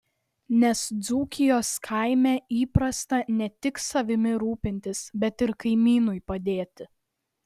nes dzūkijos kaime įprasta ne tik savimi rūpintis bet ir kaimynui padėti